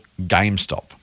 GameStop